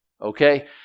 Okay